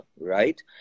right